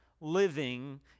living